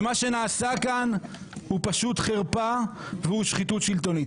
ומה שנעשה כאן הוא פשוט חרפה והוא שחיתות שלטונית.